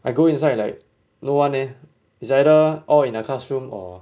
I go inside like no one leh is either all in a classroom or